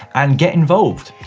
and get involved.